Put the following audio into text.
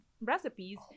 recipes